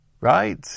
right